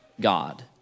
God